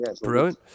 Brilliant